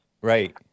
Right